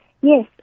Yes